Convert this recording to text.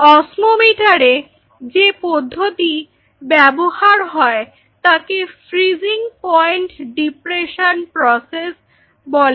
অস্মোমিটারে যে পদ্ধতি ব্যবহার হয় তাকে ফ্রিজিং পয়েন্ট ডিপ্রেশন প্রসেস বলে